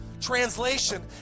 translation